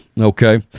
Okay